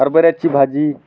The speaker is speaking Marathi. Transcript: हरबऱ्याची भाजी